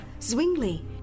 Zwingli